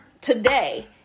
today